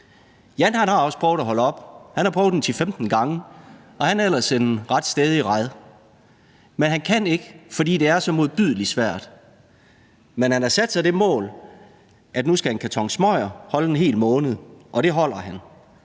Jan har også prøvet at holde op, og han har prøvet 10-15 gange, og han er ellers en ret stædig rad. Men han kan ikke, fordi det er så modbydelig svært. Men han har sat sig det mål, at nu skal en karton smøger holde en hel måned, og det holder han,